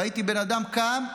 ראיתי בן אדם קם,